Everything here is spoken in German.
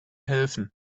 helfen